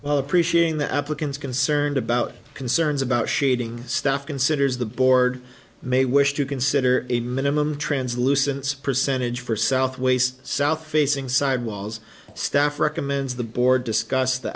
well appreciating the applicants concerned about concerns about shooting staff considers the board may wish to consider a minimum translucence percentage for south waist south facing sidewalls staff recommends the board discuss the